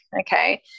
okay